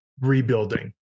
rebuilding